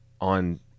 on